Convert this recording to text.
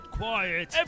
quiet